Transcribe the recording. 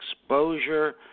exposure